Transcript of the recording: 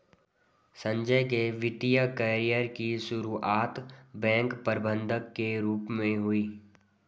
संजय के वित्तिय कैरियर की सुरुआत बैंक प्रबंधक के रूप में हुई